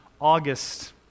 august